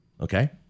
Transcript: Okay